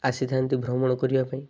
ଆସିଥାନ୍ତି ଭ୍ରମଣ କରିବା ପାଇଁ